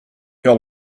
ihr